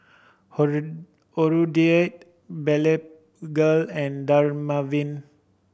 Hirudoid Blephagel and Dermaveen